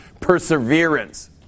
perseverance